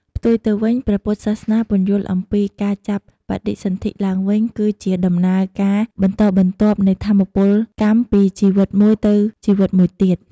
ផ្ទុយទៅវិញ ព្រះពុទ្ធសាសនាពន្យល់អំពី "ការចាប់បដិសន្ធិឡើងវិញ" គឺជាដំណើរការបន្តបន្ទាប់នៃថាមពលកម្មពីជីវិតមួយទៅជីវិតមួយទៀត។